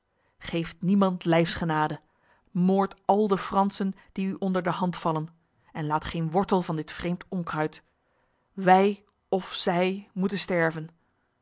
geeft niemand lijfsgenade moordt al de fransen die u onder de hand vallen en laat geen wortel van dit vreemd onkruid wij of zij moeten sterven